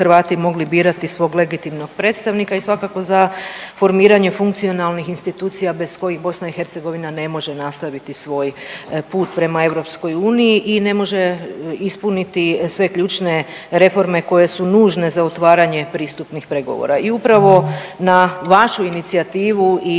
Hrvati mogli birati svog legitimnog predstavnika i svakako za formiranje funkcionalnih institucija bez kojih BiH ne može nastaviti svoj put prema EU i ne može ispuniti sve ključne reforme koje su nužne za otvaranje pristupnih pregovora. I upravo na vašu inicijativu i